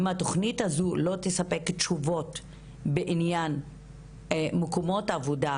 אם התוכנית הזאת לא תספק תשובות בענין מקומות העבודה